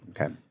Okay